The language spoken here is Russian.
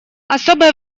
особое